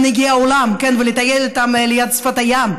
מנהיגי העולם ולטייל איתם ליד שפת הים,